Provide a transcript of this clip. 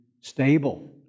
stable